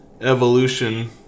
evolution